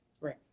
Right